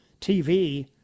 TV